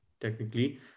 technically